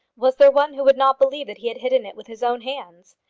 was there one who would not believe that he had hidden it with his own hands?